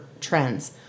trends